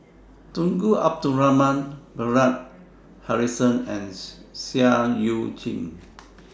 Tunku Abdul Rahman Bernard Harrison and Seah EU Chin